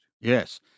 Yes